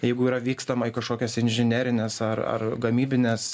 jeigu yra vykstama į kokias inžinerines ar ar gamybines